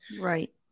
Right